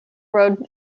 road